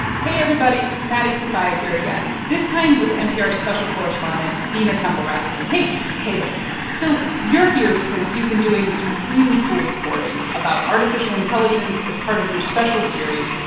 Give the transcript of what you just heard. hey, everybody. maddie sofia here again, this time with npr special correspondent dina temple-raston. hey, dina hey there so you're here because you've been doing some really cool reporting about artificial intelligence as part of your special series,